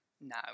No